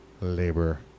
labor